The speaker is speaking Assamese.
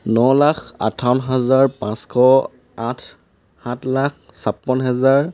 ন লাখ আঠাৱন্ন হাজাৰ পাঁচশ আঠ সাত লাখ ছাপন্ন হাজাৰ